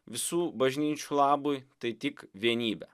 visų bažnyčių labui tai tik vienybę